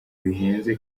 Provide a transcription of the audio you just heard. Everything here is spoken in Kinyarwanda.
bihenze